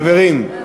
חברים.